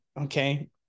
okay